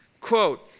quote